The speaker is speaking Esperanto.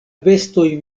bestoj